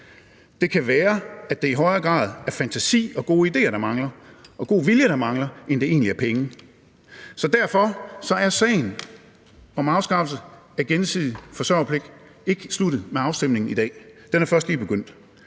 Det kan være, at det i højere grad er fantasi og gode ideer og god vilje, der mangler, end det egentlig er penge, så derfor er sagen om afskaffelse af gensidig forsørgerpligt ikke sluttet med afstemningen i dag; den er først lige begyndt.